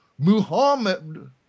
Muhammad